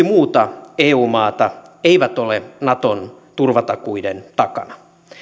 muuta eu maata eivät ole naton turvatakuiden takana